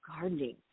gardening